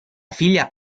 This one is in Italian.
figlia